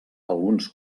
alguns